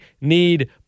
need